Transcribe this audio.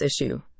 issue